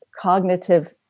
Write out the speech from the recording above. cognitive